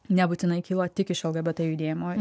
nebūtinai kyla tik iš lgbt judėjimo